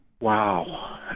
Wow